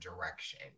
direction